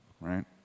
right